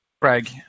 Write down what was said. craig